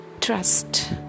Trust